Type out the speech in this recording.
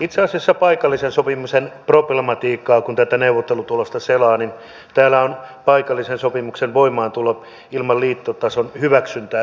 itse asiassa mitä tulee paikallisen sopimisen problematiikkaan kun tätä neuvottelutulosta selaa niin täällä on paikallisen sopimuksen voimaantulo ilman liittotason hyväksyntää